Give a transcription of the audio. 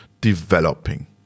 developing